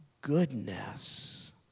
goodness